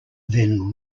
then